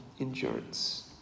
endurance